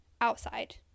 outside